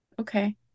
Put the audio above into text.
Okay